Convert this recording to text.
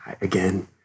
again